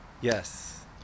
Yes